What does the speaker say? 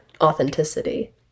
authenticity